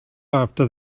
after